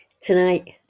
Tonight